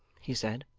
he said.